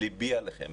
ליבי עליכם.